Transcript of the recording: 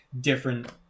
different